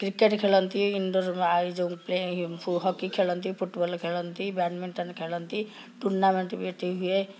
cricket ଖେଳନ୍ତି indoor ଏଯେଉଁ hockey ଖେଳନ୍ତି football ଖେଳନ୍ତି ବ୍ୟାଡ଼ମିଣ୍ଟନ୍ ଖେଳନ୍ତି ଟୁର୍ଣ୍ଣାମେଣ୍ଟ ବି ଏଠି ହୁଏ